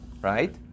Right